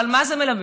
ועל מה זה מלמד?